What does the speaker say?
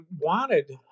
wanted